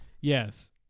Yes